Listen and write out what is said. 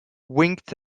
winked